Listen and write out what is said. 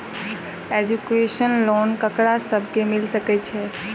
Education loan ककरा सब केँ मिल सकैत छै?